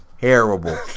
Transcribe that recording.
terrible